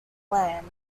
land